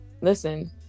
listen